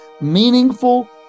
meaningful